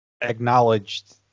acknowledged